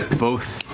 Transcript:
both